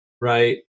right